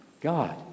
God